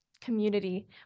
community